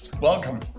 Welcome